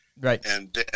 Right